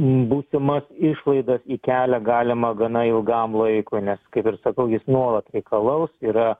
būsimas išlaidas į kelią galima gana ilgam laikui nes kaip ir sakau jis nuolat reikalaus yra